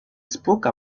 spoke